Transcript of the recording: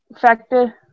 factor